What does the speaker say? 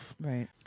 Right